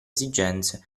esigenze